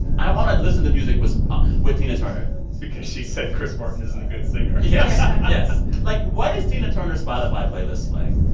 i want to listen to music with with tina turner because she said chris martin isn't a good singer yeah yes, yes. like, what is tina turner's spotify playlist like?